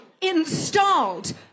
installed